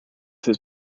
his